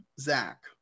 zach